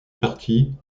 partie